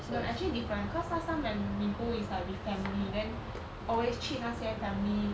no actually different cause last time when we go is like with family then always 去那些 family